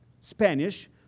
Spanish